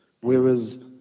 Whereas